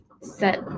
set